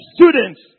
students